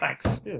Thanks